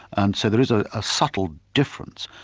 and so there is ah a subtle difference.